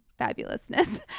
fabulousness